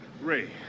Ray